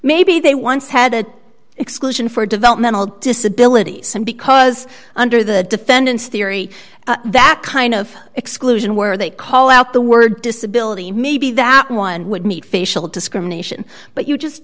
maybe they once had an exclusion for developmental disabilities and because under the defendant's theory that kind of exclusion where they call out the word disability maybe that one would meet facial discrimination but you just